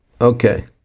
Okay